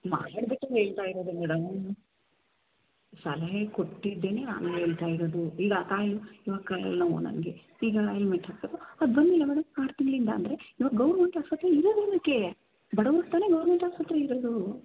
ಮಾಡಿಬಿಟ್ಟೇ ಹೇಳ್ತಾ ಇರೋದು ಮೇಡಮ್ ಸಲಹೆ ಕೊಟ್ಟಿದ್ದೀನಿ ಹಂಗ್ ಹೇಳ್ತಾ ಇರೋದು ಈಗ ಕಾಯಿ ಕಾಲು ನೋವು ನನಗೆ ಈಗ ಈ ಮೆಟ್ಲು ಹತ್ತೋದು ಅದು ಬಂದಿಲ್ಲ ಮೇಡಮ್ ಆರು ತಿಂಗಳಿಂದ ಅಂದರೆ ಇವಾಗ ಗೌರ್ಮೆಂಟ್ ಹಾಸ್ಪಿಟ್ಲ್ ಇರೋದ್ ಏನಕ್ಕೆ ಬಡವ್ರಿಗೆ ತಾನೇ ಗೌರ್ಮೆಂಟ್ ಆಸ್ಪತ್ರೆ ಇರೋದು